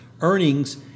earnings